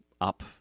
up